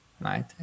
Right